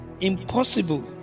impossible